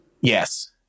Yes